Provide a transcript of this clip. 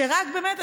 שרק באמת,